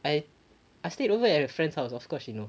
I I stayed over at her friend's house of course she know